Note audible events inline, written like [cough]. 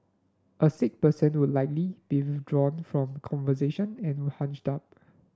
a sick person will likely [unintelligible] from conversation and would hunch up